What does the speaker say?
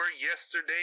yesterday